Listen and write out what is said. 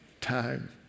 time